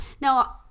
Now